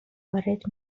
وارد